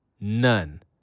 None